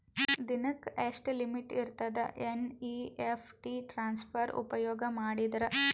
ದಿನಕ್ಕ ಎಷ್ಟ ಲಿಮಿಟ್ ಇರತದ ಎನ್.ಇ.ಎಫ್.ಟಿ ಟ್ರಾನ್ಸಫರ್ ಉಪಯೋಗ ಮಾಡಿದರ?